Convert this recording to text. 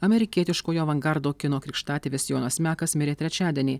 amerikietiškojo avangardo kino krikštatėvis jonas mekas mirė trečiadienį